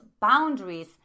boundaries